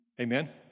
Amen